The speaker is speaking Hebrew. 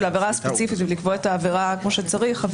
העבירה הספציפית אם לקבוע את העבירה כמו שצריך.